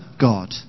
God